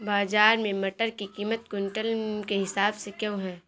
बाजार में मटर की कीमत क्विंटल के हिसाब से क्यो है?